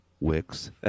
wicks